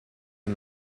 ein